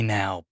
now